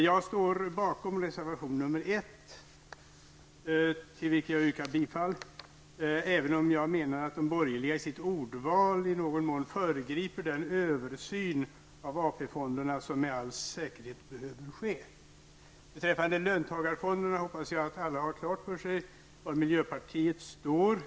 Jag står bakom reservation nr 1, till vilken jag yrkar bifall, även om jag menar att de borgerliga i sitt ordval i någon mån föregriper den översyn av AP fonderna som med all säkerhet behöver ske. Beträffande löntagarfonderna hoppas jag att alla har klart för sig var miljöpartiet står.